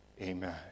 Amen